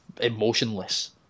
emotionless